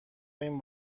این